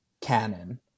canon